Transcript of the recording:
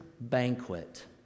banquet